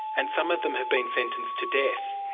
and some of them have been sentenced to death.